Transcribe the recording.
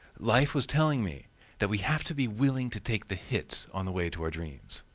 life was telling me that we have to be willing to take the hits on the way to our dreams.